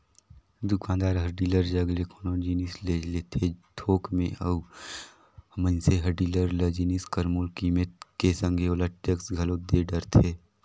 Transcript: दुकानदार हर डीलर जग ले कोनो जिनिस ले लेथे थोक में अउ मइनसे हर डीलर ल जिनिस कर मूल कीमेत के संघे ओला टेक्स घलोक दे डरथे